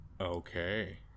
Okay